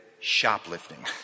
shoplifting